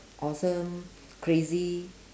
awesome crazy